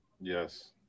Yes